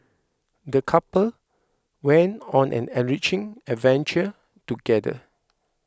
the couple went on an enriching adventure together